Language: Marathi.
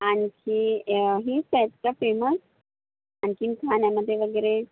आणखी हीच आहेत का फेमस आणखीन खाण्यामध्ये वगैरे